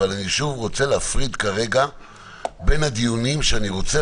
אבל אני שוב רוצה להפריד כרגע בין הדיונים שאני רוצה